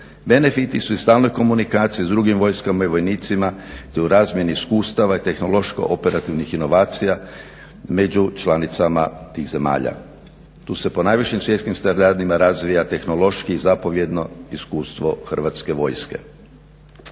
benefiti su iz stalne komunikacije s drugim vojskama i vojnicima te u razmjeni iskustava i tehnološko operativnih inovacija među članicama tih zemlja. Tu se po najvišim svjetskim standardima razvija tehnološki i zapovjedno iskustvo Hrvatske vojske.